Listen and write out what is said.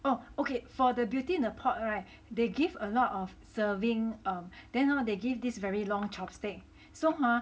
oh okay for the Beauty In The Pot [right] they give a lot of serving um then hor they give this very long chopstick so hor